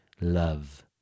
Love